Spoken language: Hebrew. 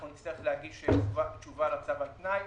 אנחנו נצטרך להגיש תשובה לצו על תנאי,